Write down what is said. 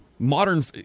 Modern